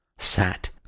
sat